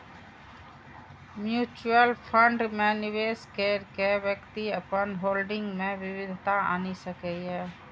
mutual fund मे निवेश कैर के व्यक्ति अपन होल्डिंग मे विविधता आनि सकैए